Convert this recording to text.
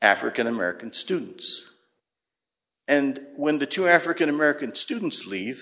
african american students and when the two african american students leave